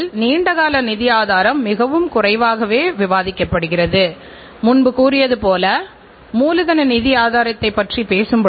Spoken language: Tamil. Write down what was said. இந்த தரமான பொருளுக்கு ஒரு நல்ல சேவையோடு கூடிய விற்பனையை கொடுத்து மக்களிடையே வாடிக்கையாளர்களிடையே நற்பெயரை ஈட்ட வேண்டியது அவசியமாகும்